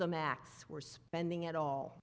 the max we're spending at all